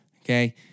Okay